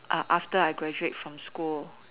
after I graduate from school